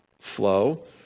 flow